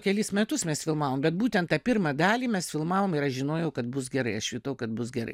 kelis metus mes filmavom bet būtent tą pirmą dalį mes filmavom ir aš žinojau kad bus gerai aš jutau kad bus gerai